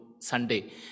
sunday